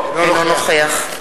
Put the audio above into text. אינו נוכח רונית